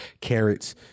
Carrots